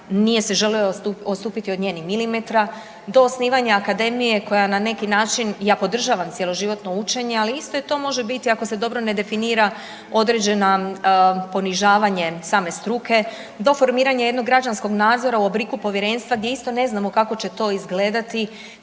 nije se željelo odstupiti od nje ni milimetra, do osnivanja akademija, koja na neki način, ja podržavam cjeloživotno učenje, ali isto je to, može biti, ako se dobro ne definira određena, ponižavanje same struke do formiranja jednog građanskog nadzora u obliku povjerenstva gdje isto ne znamo kako će to izgledati,